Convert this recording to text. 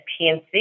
PNC